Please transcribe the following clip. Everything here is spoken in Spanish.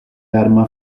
arma